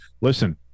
Listen